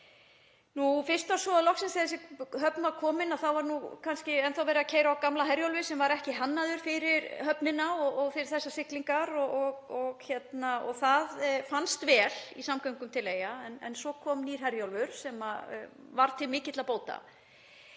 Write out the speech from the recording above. samgöngubótar. Loksins þegar þessi höfn var komin þá var nú enn þá verið að keyra á gamla Herjólfi sem var ekki hannaður fyrir höfnina og fyrir þessar siglingar og það fannst vel í samgöngum til Eyja. En svo kom nýr Herjólfur sem var til mikilla bóta.